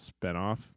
spinoff